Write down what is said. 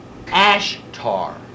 Ashtar